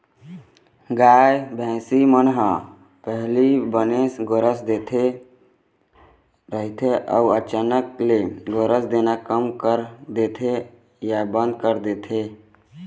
गाय, भइसी मन ह पहिली बने गोरस देवत रहिथे अउ अचानक ले गोरस देना कम कर देथे या बंद कर देथे